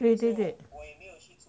对对对